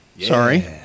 Sorry